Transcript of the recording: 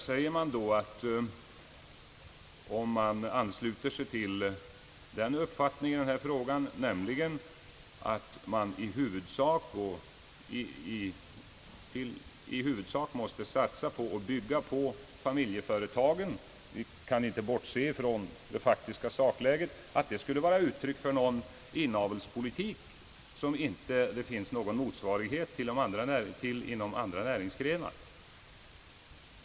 Det har sagts att uppfattningen att man i huvudsak måste satsa på familjeföretagen skulle vara ett utryck för en inavelspolitik, som det inte finns motsvarighet till inom andra näringsgrenar.